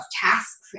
tasks